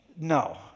No